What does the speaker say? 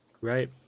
right